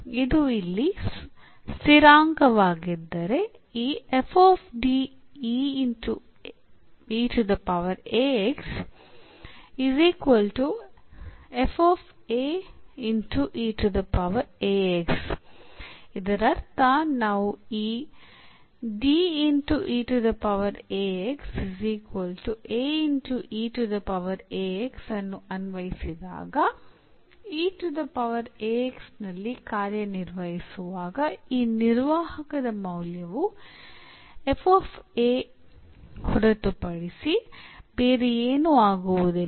ಇದು ಇಲ್ಲಿ ಸ್ಥಿರಾಂಕವಾಗಿದ್ದರೆ ಈ ಇದರರ್ಥ ನಾವು ಈ ಅನ್ನು ಅನ್ವಯಿಸಿದಾಗ ನಲ್ಲಿ ಕಾರ್ಯನಿರ್ವಹಿಸುವಾಗ ಈ ನಿರ್ವಾಹಕದ ಮೌಲ್ಯವು ಹೊರತುಪಡಿಸಿ ಬೇರೆ ಏನೂ ಆಗುವುದಿಲ್ಲ